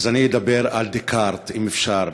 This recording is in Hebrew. אז אני אדבר על דקארט אם אפשר.